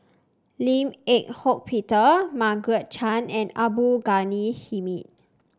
Lim Eng Hock Peter Margaret Chan and Abdul Ghani Hamid